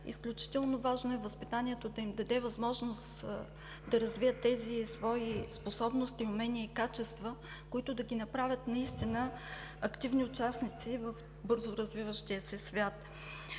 изключително важно е възпитанието да им даде възможност да развият тези свои способности, умения и качества, които да ги направят наистина активни участници в бързо развиващия се свят.